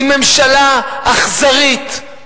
עם ממשלה אכזרית,